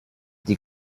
die